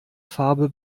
farbe